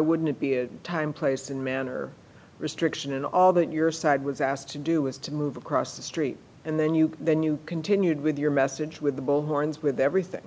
wouldn't it be a time place and manner restriction and all that your side was asked to do was to move across the street and then you then you continued with your message with bullhorns with everything